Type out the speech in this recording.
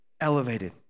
elevated